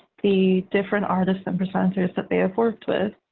the different artists and presenters that they have worked with,